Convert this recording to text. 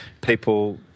people